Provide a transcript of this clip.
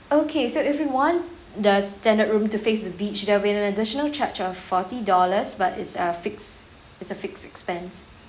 okay so if you want the standard room to face the beach there'll be an additional charge of forty dollars but it's a fixed it's a fixed expense